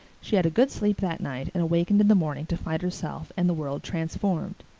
she had a good sleep that night and awakened in the morning to find herself and the world transformed.